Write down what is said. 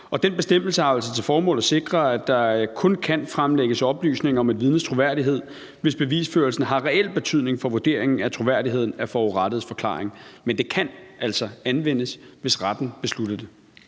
Den bestemmelse har til formål at sikre, at der kun kan fremlægges oplysning om et vidnes troværdighed, hvis bevisførelsen har reel betydning for vurderingen af troværdigheden af forurettedes forklaring. Men det kan altså anvendes, hvis retten beslutter det.